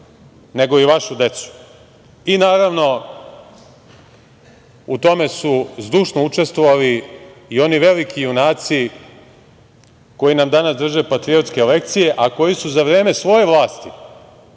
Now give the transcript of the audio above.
nego i vašu decu. Naravno, u tome su zdušno učestvovali i oni veliki junaci koji nam danas drže patriotske lekcije, a koji su za vreme svoje vlasti,